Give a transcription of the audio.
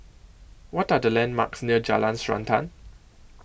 What Are The landmarks near Jalan Srantan